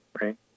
right